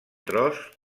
tros